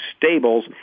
Stables